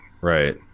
right